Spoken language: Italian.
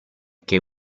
che